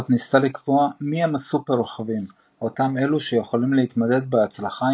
ניסתה לקבוע מי הם ה"סופר-רוכבים" - אותם אלו שיכולים להתמודד בהצלחה,